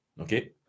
okay